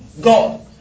God